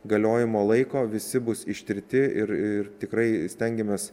galiojimo laiko visi bus ištirti ir ir tikrai stengiamės